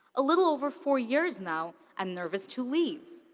a little over four years now, i'm nervous to leave.